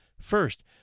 First